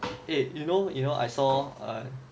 eh you know you know I saw err